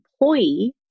employee